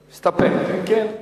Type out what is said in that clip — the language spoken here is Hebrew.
כן.